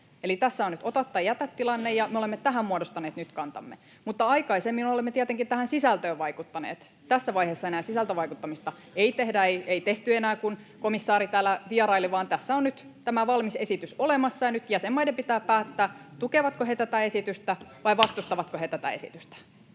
tässä on nyt ota tai jätä -tilanne, ja me olemme tähän muodostaneet nyt kantamme. Mutta aikaisemmin olemme tietenkin tähän sisältöön vaikuttaneet. Tässä vaiheessa enää sisältövaikuttamista ei tehdä. Ei tehty enää, kun komissaari täällä vieraili, vaan tässä on nyt tämä valmis esitys olemassa, ja nyt jäsenmaiden pitää päättää, tukevatko ne tätä esitystä vai vastustavatko ne tätä esitystä.